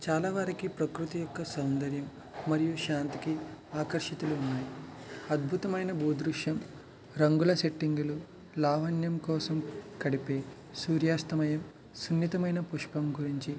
చాలా వరకు ప్రకృతి యొక్క సౌందర్యం మరియు శాంతికి ఆకర్షితులు ఉన్నాయి అద్బుతమైన భూదృశ్యం రంగుల సెట్టింగ్లు లావణ్యం కోసం గడిపే సూర్యాస్తమయం సున్నితమైన పుష్పం గురించి